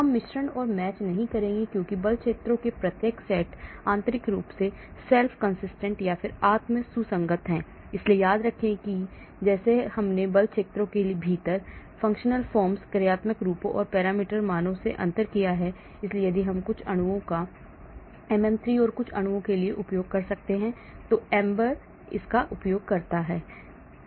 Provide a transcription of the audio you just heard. हम मिश्रण और मैच नहीं करेंगे क्योंकि बल क्षेत्रों के प्रत्येक सेट आंतरिक रूप से आत्म सुसंगत हैं इसलिए याद रखें कि जैसे हमने बल क्षेत्रों के भीतर कार्यात्मक रूपों और पैरामीटर मानों में अंतर किया है इसलिए यदि हम कुछ अणुओं एमएम 3 और कुछ अणुओं के लिए उपयोग करते हैं तो मैं एम्बर का उपयोग करता हूं